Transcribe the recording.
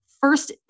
first